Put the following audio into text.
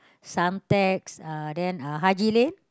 Suntecs uh then uh Haji-Lane